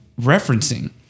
referencing